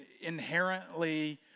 inherently